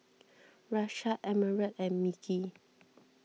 Rashad Emerald and Mickey